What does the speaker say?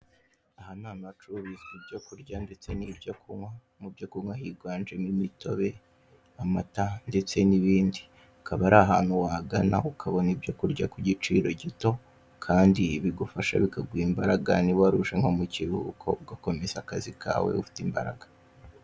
Aha ni ahantu bacururiza ibyo kurya ndetse n'ibyo kunywa, mu byo kunywa higanjemo imitobe, amata ndetse n'ibindi, akaba ari hantu wagana ukabona ibyo kurya ku giciro gito kandi ibigufasha bikaguha imbaraga, niba waruje nko mu kiruhuko ugakomeza akazi kawe ufite imbaraga.